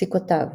פסיקותיו